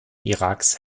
iraks